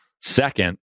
second